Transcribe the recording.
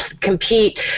compete